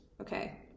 okay